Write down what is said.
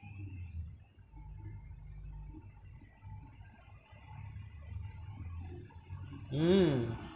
mm